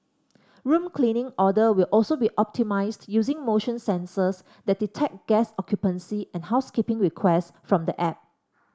room cleaning order will also be optimised using motion sensors that detect guest occupancy and housekeeping requests from the app